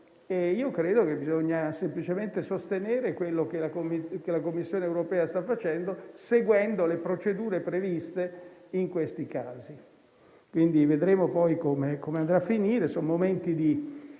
io credo che bisogna semplicemente sostenere quanto la Commissione europea sta facendo seguendo le procedure previste in questi casi. Vedremo come andrà a finire; certamente sono